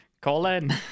Colin